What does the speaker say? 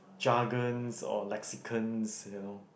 jargons or lexicons you know